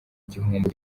gihombo